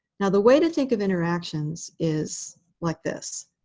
now, the way to think of interactions is like this.